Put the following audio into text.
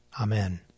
Amen